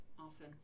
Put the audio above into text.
Awesome